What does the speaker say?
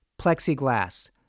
plexiglass